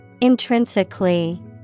Intrinsically